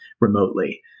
remotely